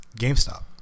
GameStop